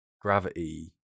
gravity